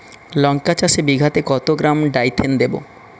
লঙ্কা চাষে বিঘাতে কত গ্রাম ডাইথেন দেবো?